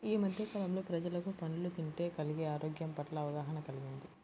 యీ మద్దె కాలంలో ప్రజలకు పండ్లు తింటే కలిగే ఆరోగ్యం పట్ల అవగాహన కల్గింది